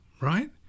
right